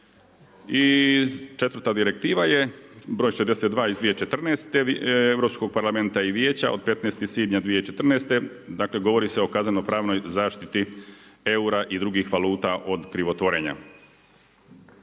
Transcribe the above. I četvrta direktiva je br. 62 iz 2014. Europskog parlamenta i Vijeća od 15. svibnja 2014., dakle govori se o kazneno-pravnoj zaštiti eura i drugih valuta od krivotvorenja.